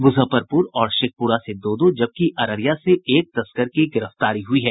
मुजफ्फरपुर और शेखपुरा से दो दो जबकि अररिया से एक तस्कर की गिरफ्तारी हुई है